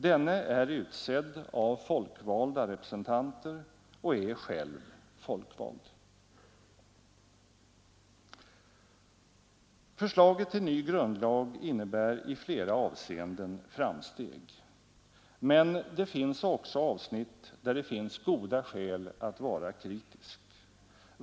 Denne är utsedd av folkvalda representanter och är själv folkvald Förslaget till ny grundlag innebär i flera avseenden framsteg. Men det finns också avsnitt där det finns goda skäl att vara kritisk.